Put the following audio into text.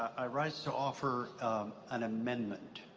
i rise to offer an amendment.